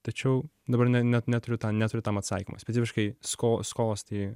tačiau dabar ne net neturiu tam neturiu tam atsakymo specifiškai sko skolos tai